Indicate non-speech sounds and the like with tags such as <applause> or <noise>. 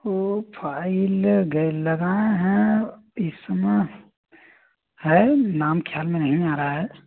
वो फाइल <unintelligible> लगाएँ हैं इस समय है नाम ध्यान में नहीं आ रहा है